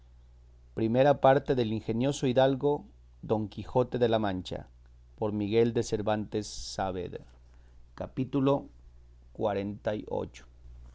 segunda parte del ingenioso caballero don quijote de la mancha por miguel de cervantes saavedra y no